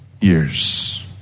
years